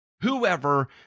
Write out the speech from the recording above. Whoever